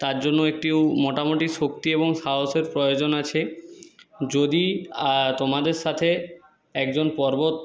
তার জন্য একটু মোটামুটি শক্তি এবং সাহসের প্রয়োজন আছে যদি তোমাদের সাথে একজন পর্বত